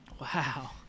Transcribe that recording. Wow